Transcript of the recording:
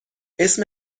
اسم